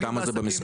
--- כמה זה במספרים?